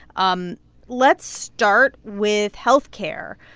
um let's start with health care,